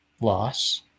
loss